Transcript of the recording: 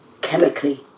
chemically